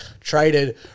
traded